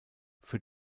für